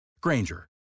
Granger